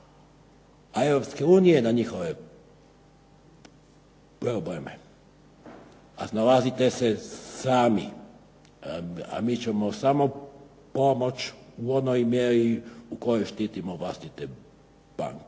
unije na njihove probleme. Snalazite se sami a mi ćemo samo pomoći u onoj mjeri u kojoj štitimo vlastite banke.